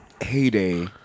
heyday